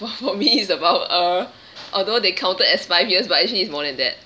for for me it's about uh although they counted as five years but actually it's more than that